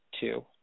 two